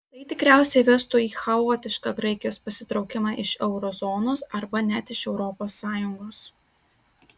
tai tikriausiai vestų į chaotišką graikijos pasitraukimą iš euro zonos arba net iš europos sąjungos